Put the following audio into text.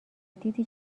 دیدی